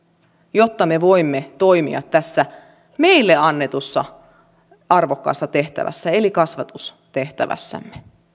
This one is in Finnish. jotta me voimme toimia tässä meille annetussa arvokkaassa tehtävässä eli kasvatustehtävässämme